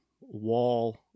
wall